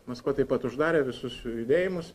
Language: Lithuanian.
maskva taip pat uždarė visus judėjimus